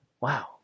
Wow